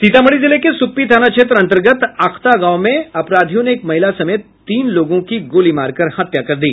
सीतामढ़ी जिले के सुप्पी थाना क्षेत्र अंतर्गत अखता गांव में अपराधियों ने एक महिला समेत तीन लोगों की गोली मारकर हत्या कर दी